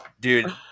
Dude